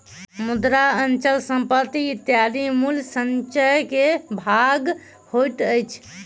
मुद्रा, अचल संपत्ति इत्यादि मूल्य संचय के भाग होइत अछि